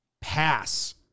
pass